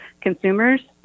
Consumers